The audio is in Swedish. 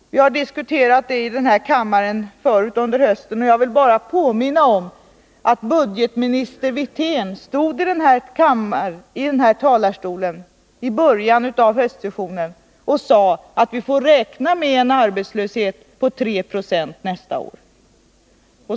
Vi har diskuterat detta i kammaren tidigare under hösten. Jag vill bara påminna om att budgetminister Wirtén stod här i talarstolen i början av riksmötet och sade att vi får räkna med en arbetslöshet på 3 26 nästa år.